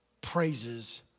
praises